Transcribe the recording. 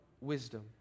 wisdom